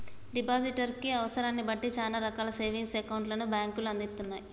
depositor కి అవసరాన్ని బట్టి చానా రకాల సేవింగ్స్ అకౌంట్లను బ్యేంకులు అందిత్తయ్